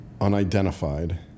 unidentified